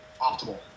optimal